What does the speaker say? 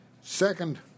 Second